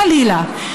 חלילה,